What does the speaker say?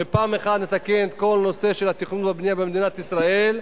שפעם אחת נתקן את כל הנושא של התכנון והבנייה במדינת ישראל,